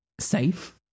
safe